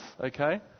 okay